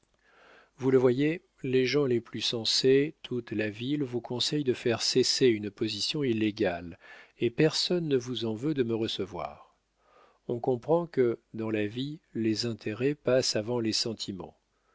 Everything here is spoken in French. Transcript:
vous le voyez les gens les plus sensés toute la ville vous conseille de faire cesser une position illégale et personne ne vous en veut de me recevoir on comprend que dans la vie les intérêts passent avant les sentiments